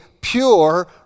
pure